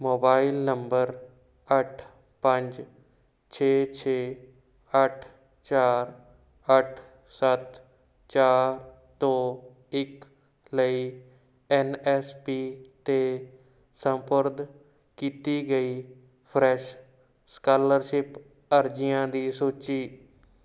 mobile number ਅੱਠ ਪੰਜ ਛੇ ਛੇ ਅੱਠ ਚਾਰ ਅੱਠ ਸੱਤ ਚਾਰ ਦੋ ਇੱਕ ਲਈ ਐੱਨ ਐੱਸ ਪੀ 'ਤੇ ਸਪੁਰਦ ਕੀਤੀ ਗਈ ਫਰੈਸ਼ ਸਕਾਲਰਸ਼ਿਪ ਅਰਜ਼ੀਆਂ ਦੀ ਸੂਚੀ